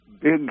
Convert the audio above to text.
big